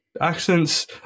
Accents